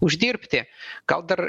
uždirbti gal dar